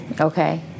Okay